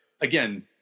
again